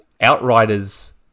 Outriders